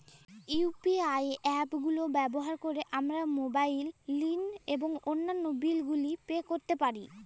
UPI app গুলো ব্যবহার করে আমরা মোবাইল নিল এবং অন্যান্য বিল গুলি পে করতে পারি